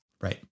Right